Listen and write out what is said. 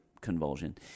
convulsion